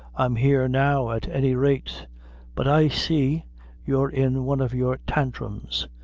i'm here now at any rate but i see you're in one of your tantrums,